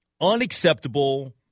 unacceptable